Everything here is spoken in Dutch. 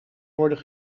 worden